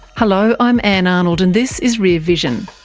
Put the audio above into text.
hello, i'm ann arnold, and this is rear vision.